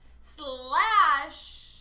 slash